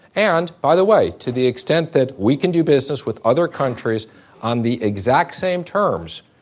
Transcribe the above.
and, by the way, to the extent that we can do business with other countries on the exact same terms,